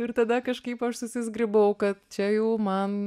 ir tada kažkaip aš susizgribau kad čia jau man